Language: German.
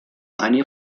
eine